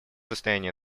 состоянии